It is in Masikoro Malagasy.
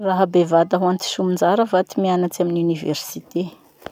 Raha bevata hoan'ny ty somonjara va ty mianatry amy université?